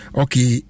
okay